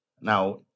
Now